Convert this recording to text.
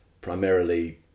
primarily